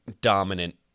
dominant